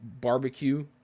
barbecue